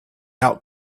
out